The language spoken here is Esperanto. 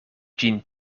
ĝin